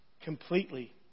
completely